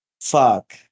Fuck